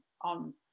on